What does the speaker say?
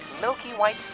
milky-white